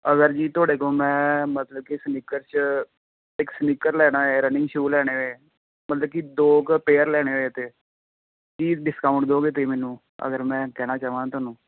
ਅਗਰ ਜੀ ਤੁਹਾਡੇ ਕੋਲ ਮੈਂ ਮਤਲਬ ਕਿ ਸਨੀਕਰ 'ਚ ਇੱਕ ਸਨੀਕਰ ਲੈਣਾ ਹੋਏ ਰਨਿੰਗ ਸ਼ੂ ਲੈਣੇ ਹੋਏ ਮਤਲਬ ਕਿ ਦੋ ਕੁ ਪੇਅਰ ਲੈਣੇ ਹੋਏ ਤਾਂ ਕੀ ਡਿਸਕਾਊਂਟ ਦਿਉਂਗੇ ਤੁਸੀਂ ਮੈਨੂੰ ਅਗਰ ਮੈਂ ਕਹਿਣਾ ਚਾਹਵਾਂ ਤੁਹਾਨੂੰ